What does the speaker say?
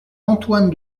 antoine